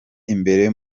imbere